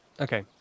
Okay